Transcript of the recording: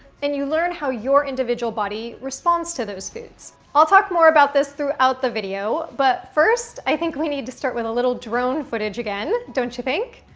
and you learn how your individual body responds to those foods. foods. i'll talk more about this throughout the video but first, i think we need to start with a little drone footage again don't you think?